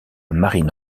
marine